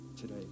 today